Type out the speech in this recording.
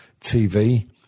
TV